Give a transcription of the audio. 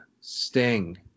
sting